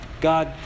God